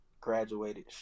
graduated